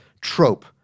trope